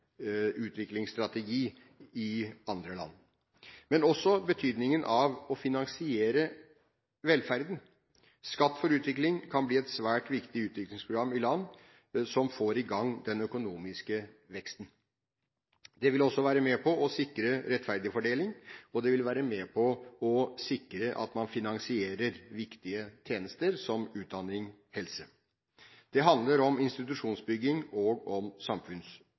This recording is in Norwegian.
utviklingsstrategi i andre land, men det har også betydning for finansiering av velferden. Skatt for Utvikling kan bli et svært viktig utviklingsprogram i land som får i gang den økonomiske veksten. Det vil være med på å sikre en rettferdig fordeling, og det vil være med på å sikre at man finansierer viktige tjenester, som utdanning og helse. Det handler om institusjonsbygging og om